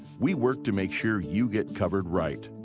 we work to make sure you get covered right.